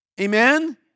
Amen